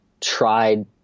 tried